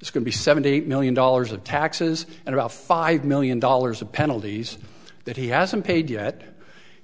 it's going to be seventy eight million dollars of taxes and about five million dollars of penalties that he hasn't paid yet